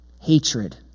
Hatred